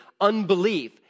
unbelief